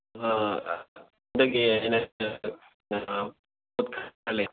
ꯑꯥ